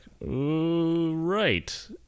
right